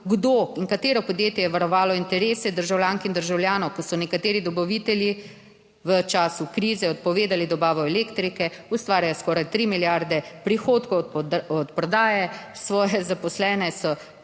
kdo in katero podjetje je varovalo interese državljank in državljanov, ko so nekateri dobavitelji v času krize odpovedali dobavo elektrike, ustvarjajo skoraj tri milijarde prihodkov od prodaje, svoje zaposlene so